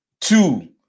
two